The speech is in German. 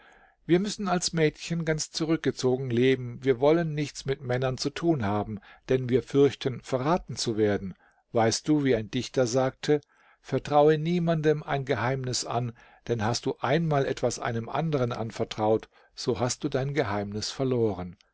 wir müssen als mädchen ganz zurückgezogen leben wir wollen nichts mit männern zu tun haben denn wir fürchten verraten zu werden weißt du wie ein dichter sagte vertraue niemanden ein geheimnis an denn hast du einmal etwas einem anderen anvertraut so hast du dein geheimnis verloren